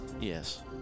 Yes